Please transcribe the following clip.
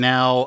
Now